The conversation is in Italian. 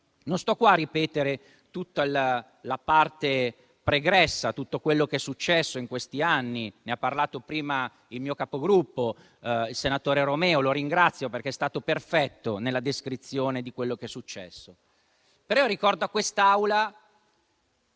Non sto qua a ripetere tutto il pregresso e tutto quello che è successo in questi anni, perché ne ha parlato prima il mio Capogruppo, il senatore Romeo, che ringrazio, perché è stato perfetto nella descrizione di quello che è successo. Ricordo però a